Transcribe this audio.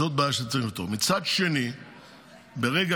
זאת בעיה שצריך לפתור.